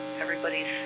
everybody's